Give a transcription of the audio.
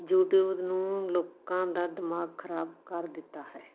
YouTube ਨੂੰ ਲੋਕਾਂ ਦਾ ਦਿਮਾਗ ਖ਼ਰਾਬ ਕਰ ਦਿੱਤਾ ਹੈ